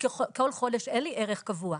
כל חודש אין לי ערך קבוע.